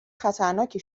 خطرناکی